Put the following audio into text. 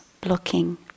blocking